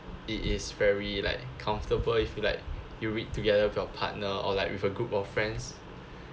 it is very like comfortable you feel like you read together with your partner or like with a group of friends